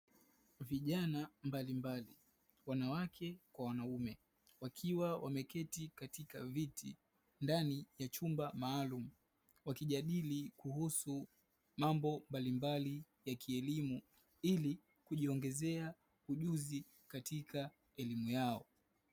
Vijana mbalimbali wanawake kwa wanaume wakiwa wameketi katika viti ndani ya chumba maalum wakijadili kuhusu mambo mbalimbali ya kielimu ili kujiongezea ujuzi katika elimu yao.